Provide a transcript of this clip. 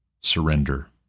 surrender